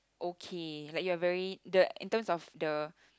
okay like you are very the in terms of the